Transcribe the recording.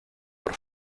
por